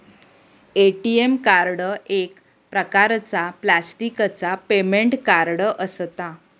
ATM card एक प्रकारचा प्लॅस्टिकचा पेमेंट कार्ड असता